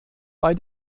bei